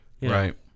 right